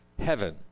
heaven